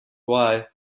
wife